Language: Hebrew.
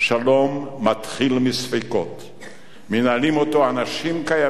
שלום מתחיל מספקות, מנהלים אותו אנשים קיימים,